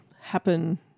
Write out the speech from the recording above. happen